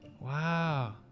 Wow